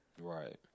Right